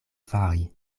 fari